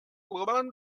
one